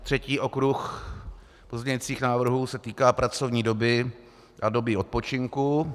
Třetí okruh pozměňujících návrhů se týká pracovní doby a doby odpočinku.